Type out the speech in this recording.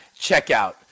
checkout